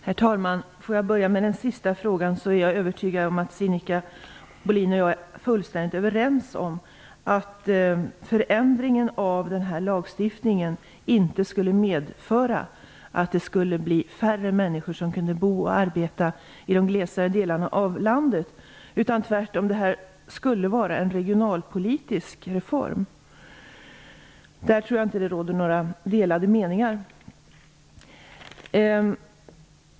Herr talman! För att börja med den sista frågan så är jag övertygad om att Sinikka Bohlin och jag är fullständigt överens om att förändringen av lagstiftingen inte skulle medföra att färre människor skulle kunna bo och arbeta i de mer glesbefolkade delarna av landet. Tvärtom skulle det vara en regionalpolitisk reform. Där tror jag inte att det råder några delade meningar.